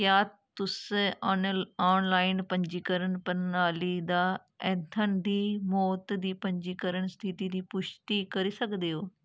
क्या तुस आनलाइन पंजीकरण प्रणाली दा ऐंथन दी मौत दी पंजीकरण स्थिति दी पुश्टी करी सकदे ओ